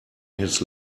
his